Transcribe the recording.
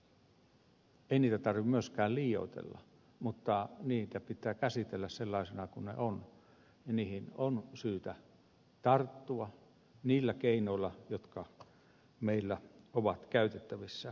ei niitä tarvitse myöskään liioitella mutta niitä pitää käsitellä sellaisena kuin ne ovat ja niihin on syytä tarttua niillä keinoilla jotka meillä ovat käytettävissä